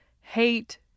hate